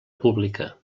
pública